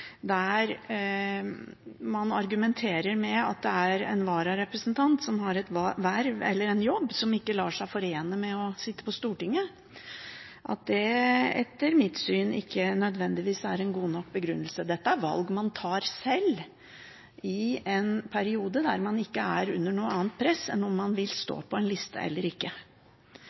der man argumenterer med at det er en vararepresentant som har et verv eller en jobb som ikke lar seg forene med å sitte på Stortinget, etter mitt syn ikke nødvendigvis er en god nok begrunnelse. Dette er valg man tar sjøl i en periode der man ikke er under noe annet press enn om man vil stå på en liste eller ikke.